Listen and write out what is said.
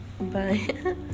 Bye